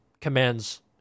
commands